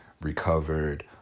recovered